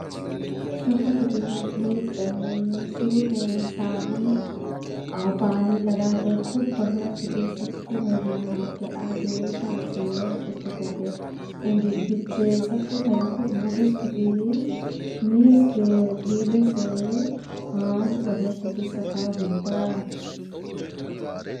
सफातिती हात धोईक्तहिन सुरुमे साबुन आऊ पानी लगाके खुब बढियस्तिती सक्कु घैना हातके आगेपाछे उस्ती कर्के उंगरीक् बिच्चे सक्कु घैना खुब मजस्तीती मिसके धुईलेसे हात बढियस्तिती सफा हुइता।